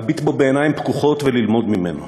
להביט בו בעיניים פקוחות וללמוד ממנו.